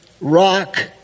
rock